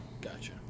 gotcha